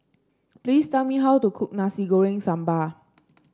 please tell me how to cook Nasi Goreng Sambal